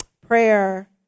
Prayer